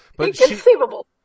Inconceivable